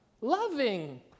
Loving